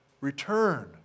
return